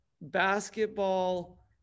basketball